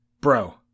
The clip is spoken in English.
bro